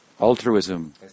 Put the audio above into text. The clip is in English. altruism